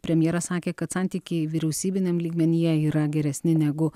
premjeras sakė kad santykiai vyriausybiniam lygmenyje yra geresni negu